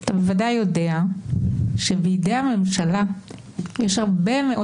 אתה בוודאי יודע שבידי הממשלה יש הרבה מאוד